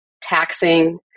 taxing